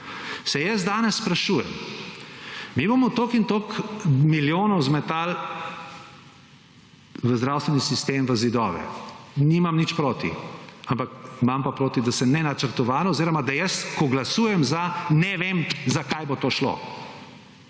se jaz danes sprašujem, mi bomo toliko in toliko milijonov zmetali v zdravstveni sistem v zidove. Nimam ni proti, ampak imam pa proti, da se nenačrtovano oziroma, da jaz, ko glasujem za, ne vem za kaj bo to šlo.